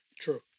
True